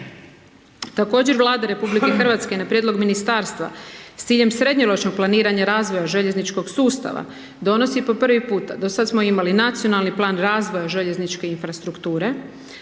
Također Vlada RH na prijedlog ministarstva s ciljem srednjoročnog planiranja razvoja željezničkog sustava donosi po prvi puta, do sad smo imali Nacionalni plan razvoja željezničke infrastrukture,